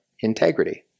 integrity